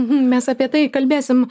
mes apie tai kalbėsim